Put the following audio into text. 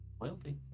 Loyalty